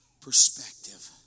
perspective